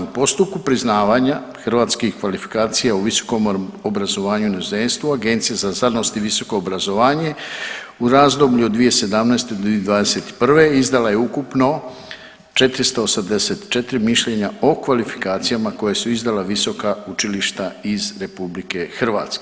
Postupku priznavanja hrvatskih kvalifikacija u visokom obrazovanju inozemstvo, Agencija za znanost i visoko obrazovanje u razdoblju od 2017.-2021. izdala je ukupno 484 mišljenja o kvalifikacijama koja su izdala visoka učilišta iz RH.